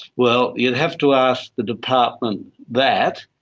well, you'd have to ask the department that.